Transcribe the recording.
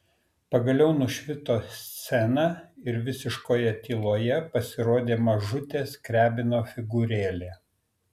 pagaliau nušvito scena ir visiškoje tyloje pasirodė mažutė skriabino figūrėlė